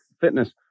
fitness